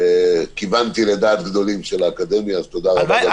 כיוונתי לדעת גדולים של האקדמיה, אז תודה רבה.